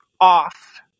off